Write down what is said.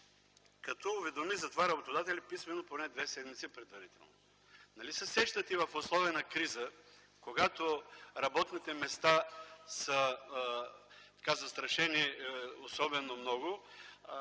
като уведоми за това работодателя писмено поне две седмици предварително. Нали се сещате, в условия на криза, когато работните места са застрашени особено много,